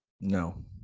No